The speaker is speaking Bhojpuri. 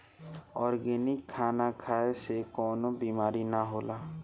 ऑर्गेनिक खाना खाए से कवनो बीमारी ना होला